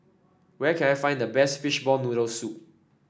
where can I find the best Fishball Noodle Soup